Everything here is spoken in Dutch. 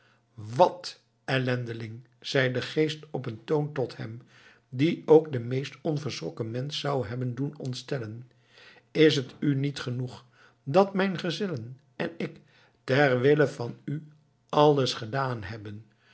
wat ellendeling zei de geest op een toon tot hem die ook den meest onverschrokken mensch zou hebben doen ontstellen is het u niet genoeg dat mijn gezellen en ik ter wille van u alles gedaan hebben